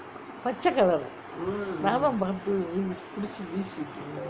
பச்சே:pachae colour நா தான் பாத்து பிடிச்சி வீசிட்டேன்:naa thaan paathu pidichu veesittaen